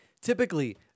Typically